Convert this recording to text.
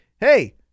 hey